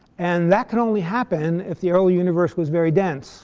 and that can only happen if the early universe was very dense